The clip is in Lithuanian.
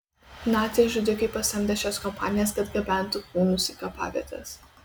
naciai žudikai pasamdė šias kompanijas kad gabentų kūnus į kapavietes